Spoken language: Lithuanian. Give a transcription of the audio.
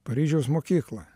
paryžiaus mokykla